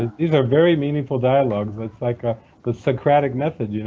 these are very meaningful dialogues, it's like ah the socratic method. you know